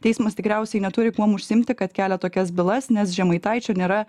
teismas tikriausiai neturi kuom užsiimti kad kelia tokias bylas nes žemaitaičio nėra